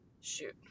shoot